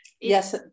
yes